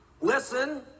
listen